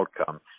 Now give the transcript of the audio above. outcome